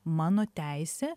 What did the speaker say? mano teisė